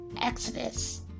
Exodus